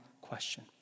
question